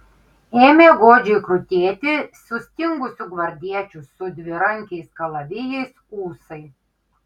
ėmė godžiai krutėti sustingusių gvardiečių su dvirankiais kalavijais ūsai